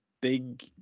big